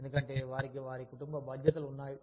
ఎందుకంటే వారికి వారి కుటుంబ బాధ్యతలు ఉన్నాయి